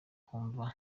kumva